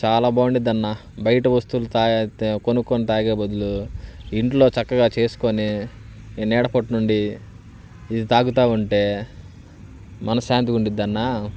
చాలా బాగుండుద్ధి అన్న బయట వస్తువులు తాగితే కొనుక్కొని తాగే బదులు ఇంట్లో చక్కగా చేసుకొని ఈ నీడ పట్టునుండి ఇది తాగుతూ ఉంటే మనశ్శాంతిగా ఉండుద్ధి అన్నా